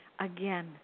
again